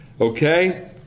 Okay